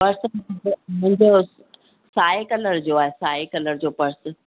purse मुंहिंजो साए colour जो आहे साए कलर जो पर्स